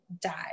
died